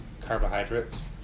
carbohydrates